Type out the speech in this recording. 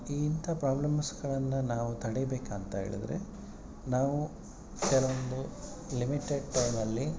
ಇಂತ ಪ್ರಾಬ್ಲಮ್ಸ್ಗಳನ್ನ ನಾವು ತಡಿಬೇಕಂತ ಹೇಳಿದ್ರೆ ನಾವು ಕೆಲವೊಂದು ಲಿಮಿಟೆಡ್ ಟೈಮಲ್ಲಿ